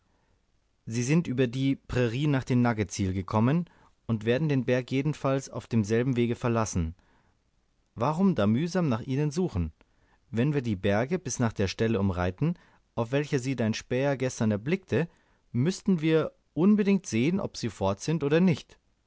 sie sind über die prairie nach dem nugget tsil gekommen und werden den berg jedenfalls auf demselben wege verlassen warum da mühsam nach ihnen suchen wenn wir die berge bis nach der stelle umreiten auf welcher sie dein späher gestern erblickte müssen wir unbedingt sehen ob sie fort sind oder nicht